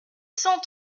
cent